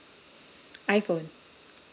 iphone